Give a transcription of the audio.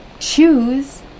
choose